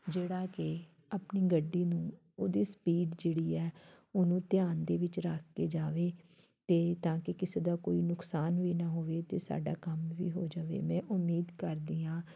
ਜਿਹੜਾ ਕਿ ਆਪਣੀ ਗੱਡੀ ਨੂੰ ਉਹਦੀ ਸਪੀਡ ਜਿਹੜੀ ਹੈ ਉਹਨੂੰ ਧਿਆਨ ਦੇ ਵਿੱਚ ਰੱਖ ਕੇ ਜਾਵੇ ਅਤੇ ਤਾਂ ਕਿ ਕਿਸੇ ਦਾ ਕੋਈ ਨੁਕਸਾਨ ਵੀ ਨਾ ਹੋਵੇ ਅਤੇ ਸਾਡਾ ਕੰਮ ਵੀ ਹੋ ਜਾਵੇ ਮੈਂ ਉਮੀਦ ਕਰਦੀ ਹਾਂ